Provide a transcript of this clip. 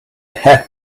had